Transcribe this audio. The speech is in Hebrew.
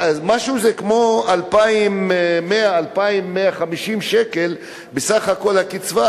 זה משהו כמו 2,100 2,150 שקל סך כל הקצבה,